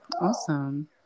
Awesome